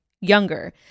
younger